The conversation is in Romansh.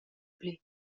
pli